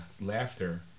laughter